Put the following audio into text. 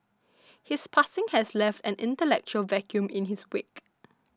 his passing has left an intellectual vacuum in his wake